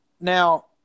Now